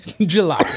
july